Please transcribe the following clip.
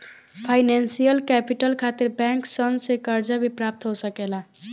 financial capital खातिर bank सन से कर्जा भी प्राप्त हो सकेला